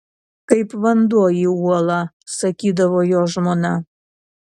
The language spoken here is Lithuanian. kaip vanduo į uolą sakydavo jo žmona